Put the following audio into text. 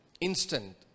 Instant